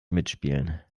mitspielen